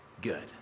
good